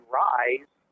rise